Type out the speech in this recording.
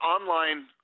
online